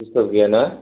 disturb गैयाना